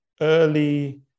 early